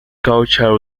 culture